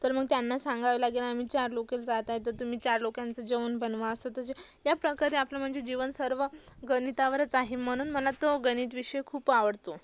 तर मग त्यांना सांगावं लागेल आम्ही चार लोकं जात आहे तर तुम्ही चार लोकांचं जेवण बनवा असं तसं याप्रकारे आपला म्हणजे जीवन सर्व गणितावरच आहे म्हणून मला तो गणित विषय खूप आवडतो